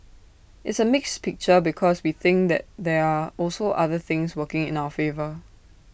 it's A mixed picture because we think that there are also other things working in our favour